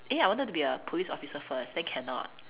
eh I wanted to be a police officer first then cannot